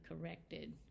corrected